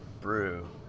brew